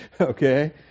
Okay